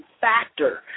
Factor